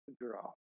girl